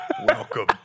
Welcome